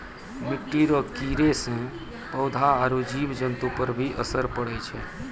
मिट्टी रो कीड़े से पौधा आरु जीव जन्तु पर भी असर पड़ै छै